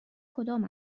کدام